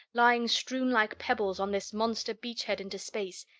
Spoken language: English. lying strewn like pebbles on this monster beachhead into space,